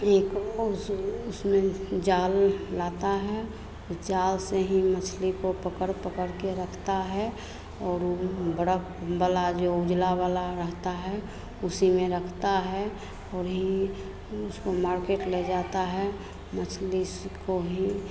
एक उस उसमें जाल लाता है जाल से ही मछली को पकड़ पकड़ कर रखता है और वह बड़ा वाला जो उजला वाला रहता है उसी में रखता है वही उसको मार्केट ले जाता है मछली को ही